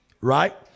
Right